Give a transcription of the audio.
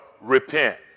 Repent